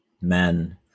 men